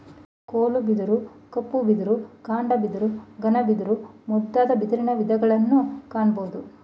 ಕೋಲು ಬಿದಿರು, ಕಪ್ಪು ಬಿದಿರು, ಕಾಡು ಬಿದಿರು, ಘನ ಬಿದಿರು ಮುಂತಾದ ಬಿದಿರಿನ ವಿಧಗಳನ್ನು ಕಾಣಬೋದು